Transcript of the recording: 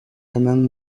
among